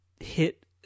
hit